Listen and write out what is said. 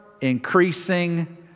increasing